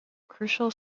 crucial